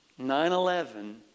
9-11